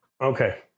Okay